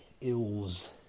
ills